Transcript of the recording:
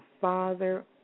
Father